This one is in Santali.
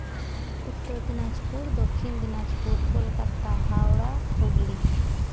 ᱩᱛᱛᱚᱨ ᱫᱤᱱᱟᱡᱽᱯᱩᱨ ᱫᱚᱠᱠᱷᱤᱱ ᱫᱤᱱᱟᱡᱯᱩᱨ ᱠᱳᱞᱠᱟᱛᱟ ᱦᱟᱣᱲᱟ ᱦᱩᱜᱽᱞᱤ